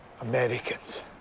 Americans